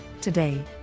Today